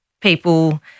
People